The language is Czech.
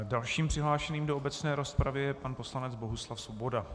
Dalším přihlášeným do obecné rozpravy je pan poslanec Bohuslav Svoboda.